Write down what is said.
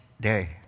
day